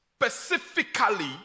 specifically